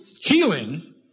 healing